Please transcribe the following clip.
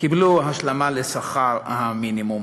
קיבלו השלמה לשכר המינימום.